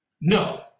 No